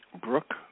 Brooke